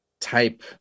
type